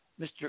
Mr